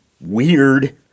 weird